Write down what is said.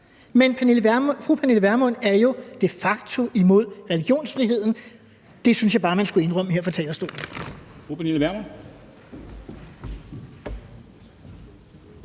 Men fru Pernille Vermund er jo de facto imod religionsfriheden, og det synes jeg bare man skulle indrømme her fra talerstolen.